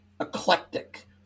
eclectic